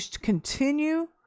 continue